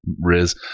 Riz